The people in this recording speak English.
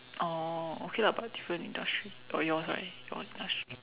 oh okay lah but different industry oh yours right your industry